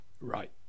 right